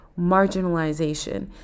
marginalization